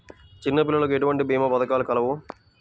చిన్నపిల్లలకు ఎటువంటి భీమా పథకాలు కలవు?